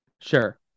Sure